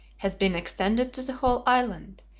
has been extended to the whole island,